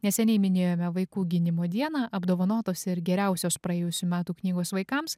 neseniai minėjome vaikų gynimo dieną apdovanotos ir geriausios praėjusių metų knygos vaikams